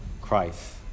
Christ